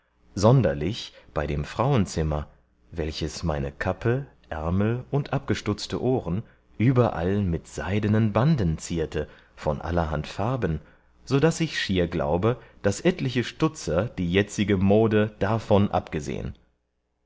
sonderlich bei dem frauenzimmer welches meine kappe ärmel und abgestutzte ohren überall mit seidenen banden zierte von allerhand farben so daß ich schier glaube daß etliche stutzer die jetzige mode darvon abgesehen